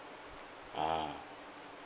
ah